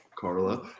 Carla